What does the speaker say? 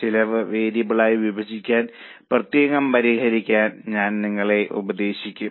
ചെലവ് വേരിയബിളായി വിഭജിച്ച് പ്രത്യേകം പരിഹരിക്കാൻ ഞാൻ നിങ്ങളെ ഉപദേശിക്കും